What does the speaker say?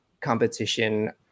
competition